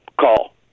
call